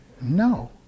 no